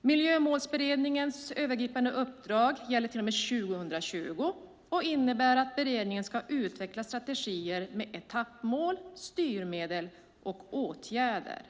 Miljömålsberedningens övergripande uppdrag gäller till och med 2020 och innebär att beredningen ska utveckla strategier med etappmål, styrmedel och åtgärder.